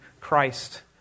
Christ